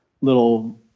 little –